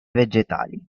vegetali